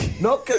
No